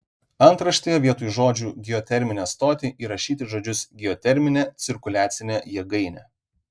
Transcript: antraštėje vietoj žodžių geoterminę stotį įrašyti žodžius geoterminę cirkuliacinę jėgainę